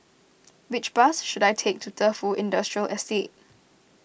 which bus should I take to Defu Industrial Estate